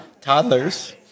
toddlers